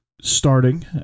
starting